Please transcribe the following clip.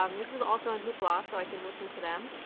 um this is also on hoopla so i can listen to them,